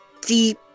deep